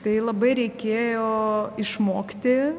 tai labai reikėjo išmokti